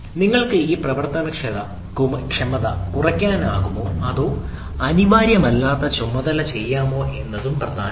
നമ്മൾക്ക് ആ പ്രവർത്തനക്ഷമത കുറയ്ക്കാനാകുമോ അതോ അനിവാര്യമല്ലാത്ത ചുമതലയോ ചെയ്യാമോ എന്നതും പ്രധാനമാണ്